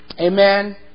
Amen